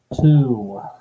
two